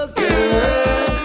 girl